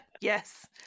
Yes